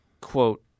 quote –